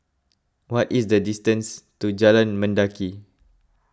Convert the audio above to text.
what is the distance to Jalan Mendaki